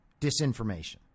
disinformation